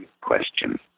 question